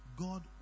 God